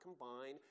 combine